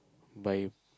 by